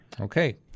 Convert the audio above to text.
Okay